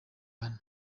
cyane